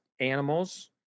animals